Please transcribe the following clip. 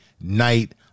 night